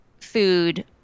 food